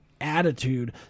attitude